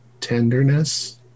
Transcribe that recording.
tenderness